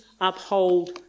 uphold